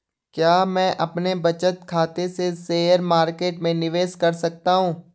क्या मैं अपने बचत खाते से शेयर मार्केट में निवेश कर सकता हूँ?